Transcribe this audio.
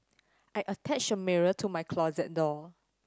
I attached a mirror to my closet door